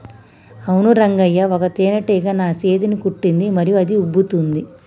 అవును రంగయ్య ఒక తేనేటీగ నా సేతిని కుట్టింది మరియు అది ఉబ్బుతోంది